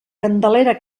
candelera